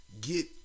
get